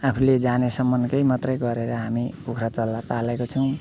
आफूले जानेसम्म कै मात्रै गरेर हामी कुखुरा चल्ला पालेको छौँ